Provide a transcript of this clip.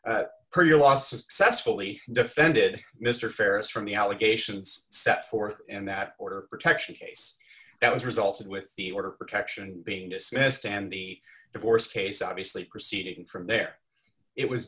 fully defended mr ferris from the allegations set forth and that border protection case that was resulted with the order protection being dismissed and the divorce case obviously proceeding from there it was